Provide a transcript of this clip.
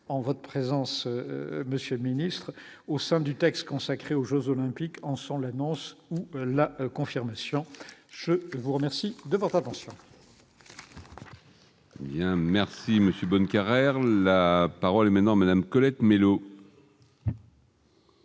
en votre présence, monsieur le ministre, au sein du texte consacré aux jeux olympiques ensemble annonce la confirmation, je vous remercie de votre attention. Merci Monsieur, bonne Carrère, la parole est maintenant Madame Colette Mélot.